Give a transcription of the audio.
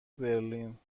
برلین